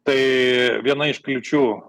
tai viena iš kliūčių